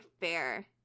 fair